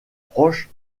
proche